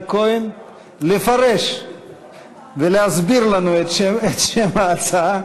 כהן לפרש ולהסביר לנו את שם ההצעה,